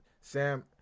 Sam